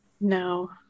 No